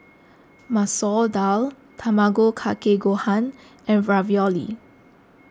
Masoor Dal Tamago Kake Gohan and Ravioli